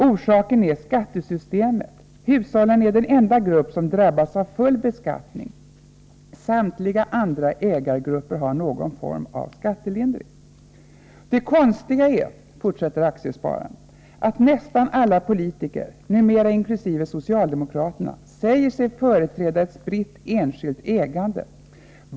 Orsaken är skattesystemet. Hushållen är den enda grupp på aktiemarknaden som drabbas av full beskattning. Samtliga andra ägaregrupper har någon form av skattelindring.” ”Det konstiga är” — skriver Aktiespararen — ”att nästan alla politiker, numera inklusive socialdemokraterna, säger sig företräda ett spritt enskilt ägande.